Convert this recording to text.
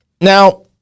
now